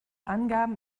angaben